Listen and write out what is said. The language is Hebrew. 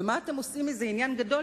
ומה אתם עושים מזה עניין גדול?